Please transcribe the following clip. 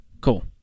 cool